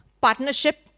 partnership